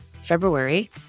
February